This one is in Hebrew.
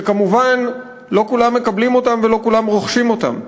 שכמובן לא כולם מקבלים אותם ולא כולם רוכשים אותם.